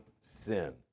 sin